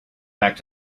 back